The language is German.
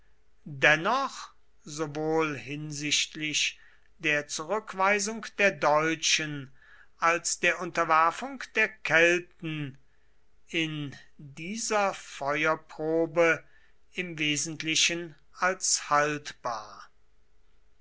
dennoch sowohl hinsichtlich der zurückweisung der deutschen als der unterwerfung der kelten in dieser feuerprobe im wesentlichen als haltbar